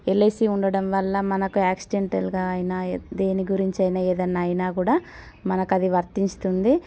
LIC ఉండడం వల్ల మనకు యాక్సిడెంటల్గా అయినా ఏ దేని గురించైనా ఏదన్న అయినా గూడా మనకది వర్తిస్తుంది